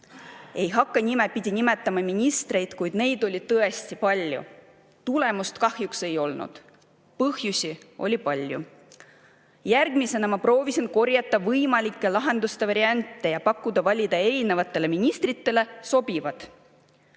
Ei hakka nimepidi nimetama ministreid, kuid neid oli tõesti palju. Tulemust kahjuks ei olnud. Põhjusi oli palju. Järgmisena proovisin korjata võimalikke lahendusvariante ja pakkuda neid ministritele, et nad